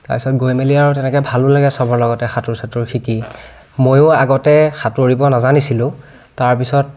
তাৰপিছত গৈ মেলি আৰু তেনেকৈ ভালো লাগে চবৰ লগতে সাঁতোৰ চাতোৰ শিকি ময়ো আগতে সাঁতুৰিব নাজানিছিলোঁ তাৰপিছত